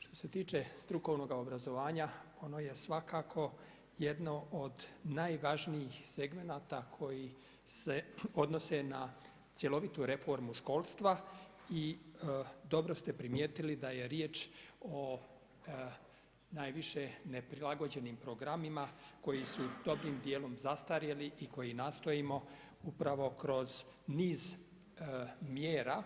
Što se tiče strukovnog obrazovanja, ono je svakako jedno od najvažnijih segmenata, koji se odnose na cjelovitu reformu školstva i dobro ste primijetili da je riječ o najviše neprilagođenim programima koji su dobrim djelom zastarjeli i koji nastojimo upravo kroz niz mjera